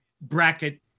bracket